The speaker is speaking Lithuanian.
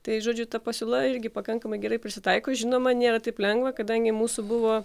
tai žodžiu ta pasiūla irgi pakankamai gerai prisitaiko žinoma nėra taip lengva kadangi mūsų buvo